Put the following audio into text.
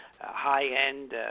high-end